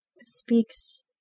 speaks